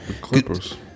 Clippers